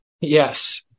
Yes